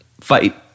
fight